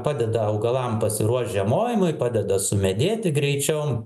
padeda augalam pasiruošt žiemojimui padeda sumedėti greičiau